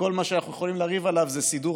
וכל מה שאנחנו יכולים לריב עליו זה סידור